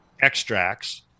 extracts